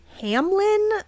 Hamlin